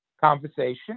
conversation